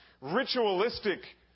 ritualistic